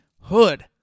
Hood